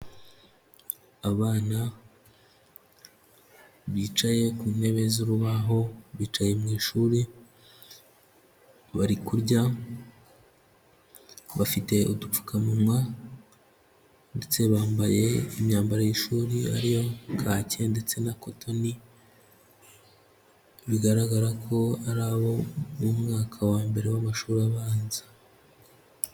Abana bicaye ku ntebe z'urubaho bicaye mu ishuri bari kurya, bafite udupfukamunwa ndetse bambaye imyambaro y'ishuri ari yo kake ndetse na kotoni, bigaragara ko ari abo mu mwaka wa mbere w'amashuri abanza.